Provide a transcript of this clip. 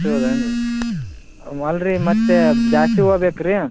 ಅಷ್ಟು ಹೌದೇನು ರೀ ಮಾಲೆ ರೀ ಮತ್ತೇ ಜಾಸ್ತಿ ಹೂವಾ ಬೇಕು ರೀ